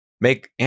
make